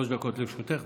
שלוש דקות לרשותך.